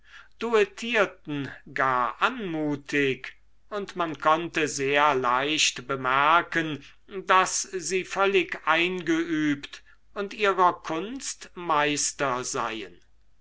duettierten gar anmutig und man konnte sehr leicht bemerken daß sie völlig eingeübt und ihrer kunst meister seien